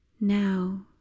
Now